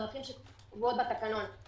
בדרכים שקבועות בתקנון.